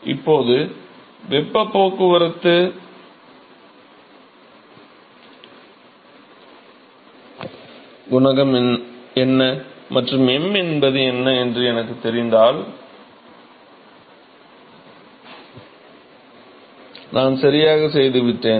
இப்போது வெப்பப் போக்குவரத்துக் குணகம் என்ன மற்றும் m என்பது என்ன என்று எனக்குத் தெரிந்தால் நான் சரியாகச் செய்துவிட்டேன்